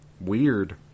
Weird